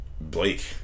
Blake